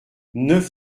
neuf